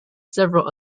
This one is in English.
several